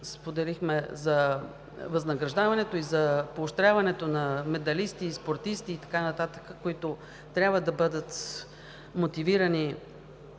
споделихме, възнаграждаването и поощряването на медалисти, спортисти и така нататък, които трябва да бъдат мотивирани,